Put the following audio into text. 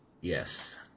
Yes